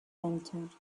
entered